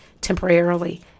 temporarily